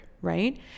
right